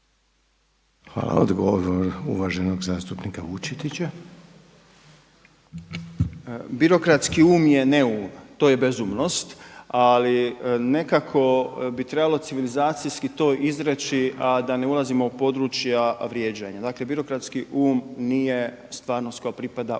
Hvala. Odgovor uvaženog zastupnika Vučetića. **Vučetić, Marko (Nezavisni)** Birokratski um je ne um, to je bezumnost. Ali nekako bi trebalo civilizacijski to izreći a da ne ulazimo u područja vrijeđanja. Dakle, birokratski um nije stvarnost koja pripada umu.